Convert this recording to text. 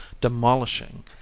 demolishing